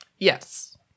Yes